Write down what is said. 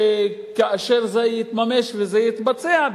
וכאשר זה יתממש וזה יתבצע,